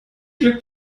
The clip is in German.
glück